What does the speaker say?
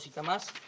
tomas?